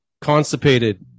constipated